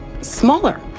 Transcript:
smaller